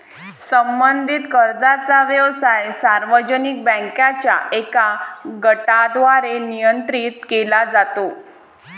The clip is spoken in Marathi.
संबंधित कर्जाचा व्यवसाय सार्वजनिक बँकांच्या एका गटाद्वारे नियंत्रित केला जातो